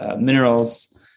minerals